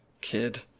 kid